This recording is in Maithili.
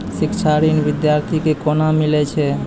शिक्षा ऋण बिद्यार्थी के कोना मिलै छै?